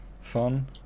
Fun